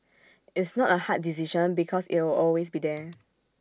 it's not A hard decision because it'll always be there